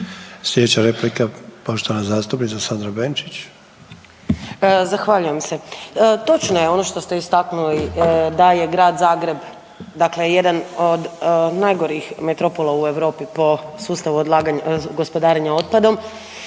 Slijedeća replika poštovana zastupnica Sandra Benčić. **Benčić, Sandra (Možemo!)** Zahvaljujem se. Točno je ono što ste istaknuli da je Grad Zagreb dakle jedan od najgorih metropola u Europi po sustavu odlaganja, gospodarenja otpadom